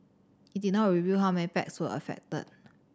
it did not reveal how many packs were affected